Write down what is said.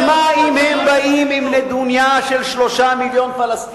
אז מה אם הם באים עם נדוניה של 3 מיליון פלסטינים,